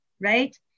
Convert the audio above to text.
right